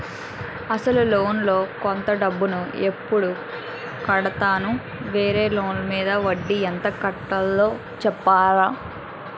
అసలు లోన్ లో కొంత డబ్బు ను ఎప్పుడు కడతాను? వేరే లోన్ మీద వడ్డీ ఎంత కట్తలో చెప్తారా?